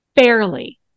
fairly